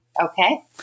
Okay